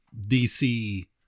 DC